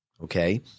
Okay